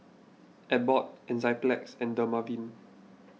Abbott Enzyplex and Dermaveen